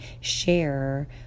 share